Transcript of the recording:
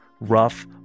rough